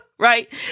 Right